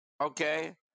okay